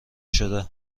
شده